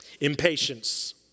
impatience